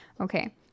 Okay